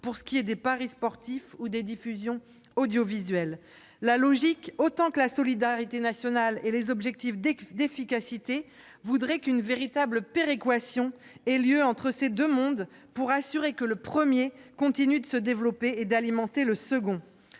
du fait des paris sportifs ou des retransmissions audiovisuelles. La logique autant que la nécessaire solidarité nationale et le souci d'efficacité voudraient qu'une véritable péréquation ait lieu entre ces deux mondes pour faire en sorte que le premier continue de se développer et d'alimenter le second.